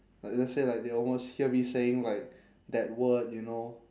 like let's say like they almost hear me saying like that word you know